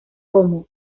como